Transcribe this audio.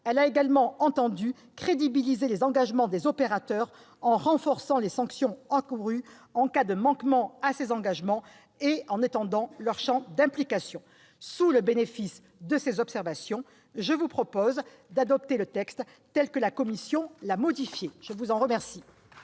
Elle a également entendu crédibiliser les engagements des opérateurs en renforçant les sanctions encourues en cas de manquement à ces engagements et en étendant leur champ d'application. Sous le bénéfice de ces observations, je vous propose, mes chers collègues, d'adopter le texte tel que la commission l'a modifié. La parole est à M.